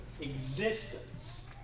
existence